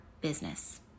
business